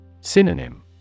Synonym